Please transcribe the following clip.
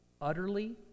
utterly